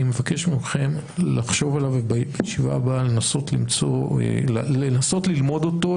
אני מבקש מכם לחשוב עליו ולישיבה הבאה לנסות ללמוד אותו,